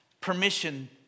permission